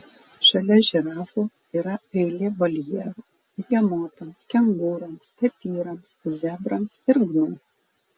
šalia žirafų yra eilė voljerų begemotams kengūroms tapyrams zebrams ir gnu